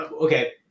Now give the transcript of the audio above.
okay